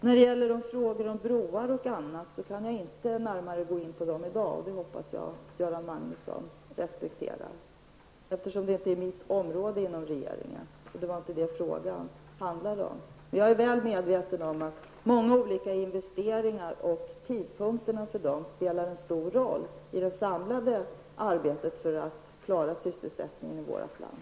Jag hoppas att Göran Magnusson respekterar att jag i dag inte närmare kan gå in på frågor om broar o.d., eftersom de inte hör till mitt område i regeringen och eftersom det inte var detta som interpellationen handlade om. Jag är mycket väl medveten om att många olika investeringar och tidpunkterna för dessa spelar en stor roll i det samlade arbetet för att klara sysselsättningen i vårt land.